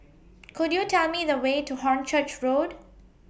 Could YOU Tell Me The Way to Hornchurch Road